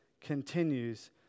continues